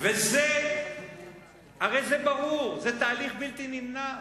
הרי זה ברור, זה תהליך בלתי נמנע.